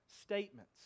statements